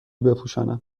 بپوشانم